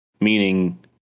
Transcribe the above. meaning